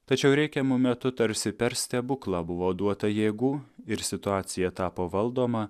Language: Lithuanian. tačiau reikiamu metu tarsi per stebuklą buvo duota jėgų ir situacija tapo valdoma